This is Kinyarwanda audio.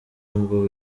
ngo